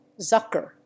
Zucker